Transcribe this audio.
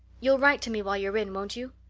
you'll write to me while you're in, won't you?